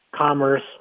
commerce